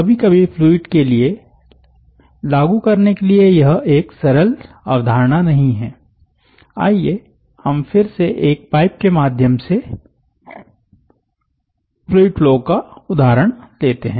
कभी कभी फ्लूइड के लिए लागू करने के लिए यह एक सरल अवधारणा नहीं है आईये हम फिर से एक पाइप के माध्यम से फ्लूइड फ्लो का उदाहरण लेते है